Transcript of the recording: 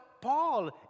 Paul